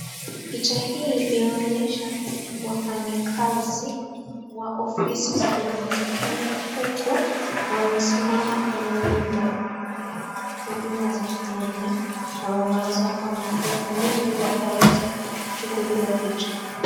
Picha hii inaonyesha wafanyikazi wa ofisi za huduma za kenya huku wamesima kwenye nyumba ya huduma za kenya na wanaweza kuwa wamepiga foleni ili wakaweza kuchukuliwa picha.